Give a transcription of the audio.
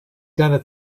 gonna